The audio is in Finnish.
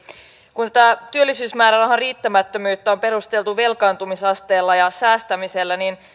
kun tätä työllisyysmäärärahan riittämättömyyttä on perusteltu velkaantumisasteella ja säästämisellä niin